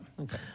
Okay